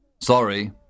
Sorry